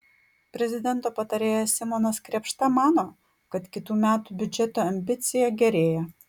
prezidento patarėjas simonas krėpšta mano kad kitų metų biudžeto ambicija gerėja